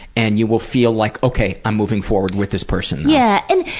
and you will feel like, okay. i'm moving forward with this person. yeah, and.